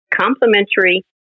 complimentary